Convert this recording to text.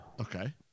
Okay